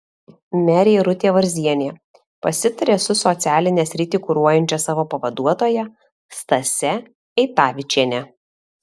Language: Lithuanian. merė irutė varzienė pasitarė su socialinę sritį kuruojančia savo pavaduotoja stase eitavičiene